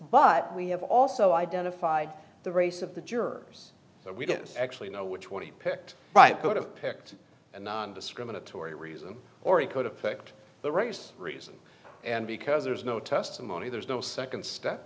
but we have also identified the race of the jurors we don't actually know which one he picked right sort of picked a nondiscriminatory reason or it could affect the right reasons and because there's no testimony there's no nd step